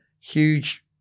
huge